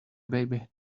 baby